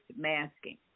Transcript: masking